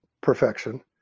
perfection